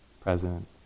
president